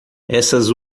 essas